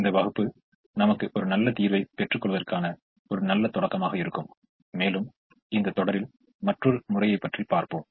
இந்த வகுப்பு நமக்கு ஒரு நல்ல தீர்வை பெற்று கொள்வதற்கான ஒரு நல்ல தொடக்கமாக இருக்கும் மேலும் இந்த தொடரில் மற்றொரு முறையைப் பற்றி பார்ப்போம்